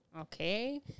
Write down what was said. okay